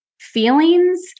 feelings